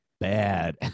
Bad